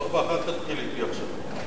אורבך, אל תתחיל אתי עכשיו.